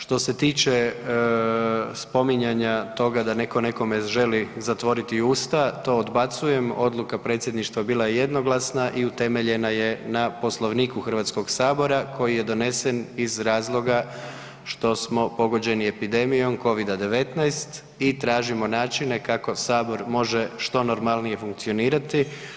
Što se tiče spominjanja toga da netko nekome želi zatvoriti usta, to odbacujem, odluka predsjedništava bila je jednoglasna i utemeljena je na Poslovniku Hrvatskog sabora koji je donesen iz razloga što smo pogođeni epidemijom Covida-19 i tražimo načine kako sabor može što normalnije funkcionirati.